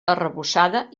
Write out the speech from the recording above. arrebossada